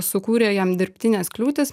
sukūrė jam dirbtines kliūtis